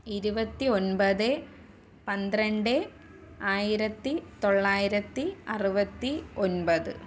ഇരുപത്തിഒൻപത് പന്ത്രണ്ട് ആയിരത്തി തൊള്ളായിരത്തി അറുപത്തി ഒൻപത്